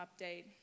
update